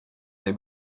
dig